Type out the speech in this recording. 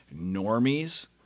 normies